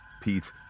Pete